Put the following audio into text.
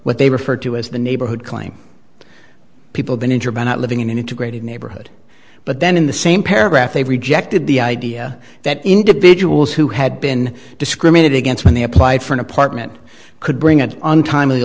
what they refer to as the neighborhood claim people been injured by not living in an integrated neighborhood but then in the same paragraph they rejected the idea that individuals who had been discriminated against when they applied for an apartment could bring an untime